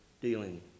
dealing